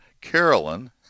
Carolyn